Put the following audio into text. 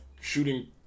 shooting